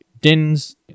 din's